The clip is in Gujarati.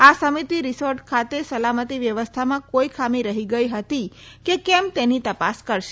આ સમિતિ રિસોર્ટ ખાતે સલામતી વ્યવસ્થામાં કોઈ ખામી રહી ગઈ હતી તે કેમ તેની તપાસ કરશે